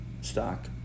stock